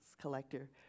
collector